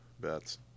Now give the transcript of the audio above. bets